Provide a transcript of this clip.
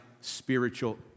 spiritual